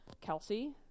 Kelsey